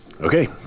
okay